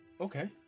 Okay